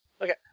Okay